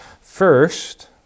First